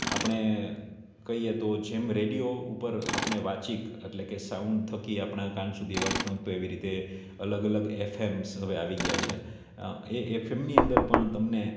આપણે કહીએ તો જેમ રેડિયો ઉપર આપણે વાચિક એટલે કે સાઉન્ડ થકી આપણાં કાન સુધી વાત પહોંચતો હોય એવી રીતે અલગ અલગ એફએમ્સ હવે આવી ગયાં છે એ એફએમની અંદર પણ તમને